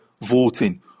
voting